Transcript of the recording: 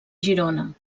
girona